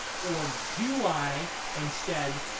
or do i instead